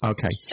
Okay